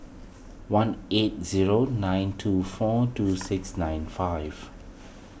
one eight zero nine two four two six nine five